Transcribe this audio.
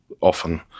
often